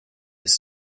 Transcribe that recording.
his